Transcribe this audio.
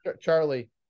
Charlie